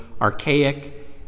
archaic